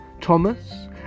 Thomas